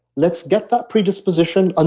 let's get that predisposition, and